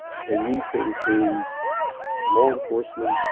they need to include law enforcement,